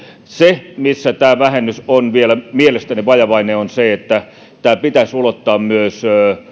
se missä tämä vähennys on mielestäni vielä vajavainen tämä pitäisi ulottaa myös